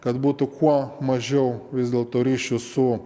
kad būtų kuo mažiau vis dėlto ryšių su